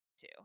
two